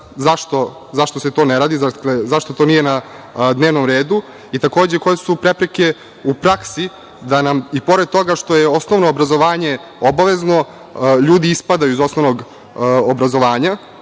zašto se to ne radi, zašto to nije na dnevnom redu? Takođe, koje su prepreke u praksi da nam, i pored toga što je osnovno obrazovanje obavezno, ljudi ispadaju iz osnovnog obrazovanja?